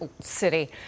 city